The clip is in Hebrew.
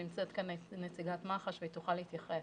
נמצאת כאן נציגת מח"ש והיא תוכל להתייחס.